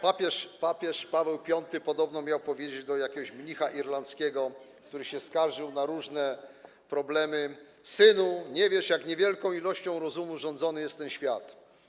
Papież Paweł V podobno miał powiedzieć do jakiegoś mnicha irlandzkiego, który się skarżył w związku z różnymi problemami: Synu, nie wiesz, jak niewielką ilością rozumu rządzony jest ten świat.